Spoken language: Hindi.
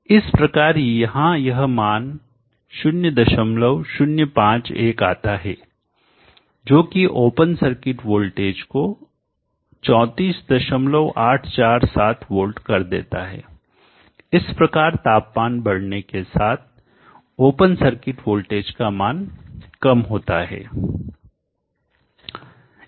इस प्रकार यहां यह मान 0051 आता है जो कि ओपन सर्किट वोल्टेज को 34847 वोल्ट पर कम कर देता है इस प्रकार तापमान बढ़ने के साथ ओपन सर्किट वोल्टेज का मान कम होता है